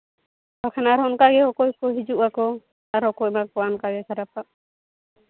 ᱵᱟᱞᱷᱟᱱ ᱟᱨᱦᱚᱸ ᱚᱱᱠᱟ ᱜᱮ ᱚᱠᱚᱭ ᱠᱚ ᱦᱤᱡᱩᱜ ᱟᱠᱚ ᱟᱨᱦᱚᱸ ᱠᱚ ᱮᱢᱟ ᱠᱚᱣᱟ ᱠᱷᱟᱨᱟᱯᱟᱜ